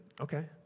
okay